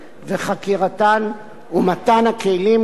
ומתן הכלים למשטרת ישראל לשם כך.